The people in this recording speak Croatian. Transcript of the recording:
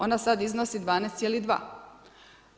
Ona sada iznosi 12,2.